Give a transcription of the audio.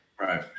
Right